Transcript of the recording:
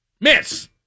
Miss